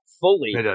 fully